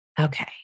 Okay